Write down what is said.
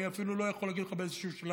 אני אפילו לא יכול להגיד לך באיזשהו שלב,